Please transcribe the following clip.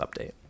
update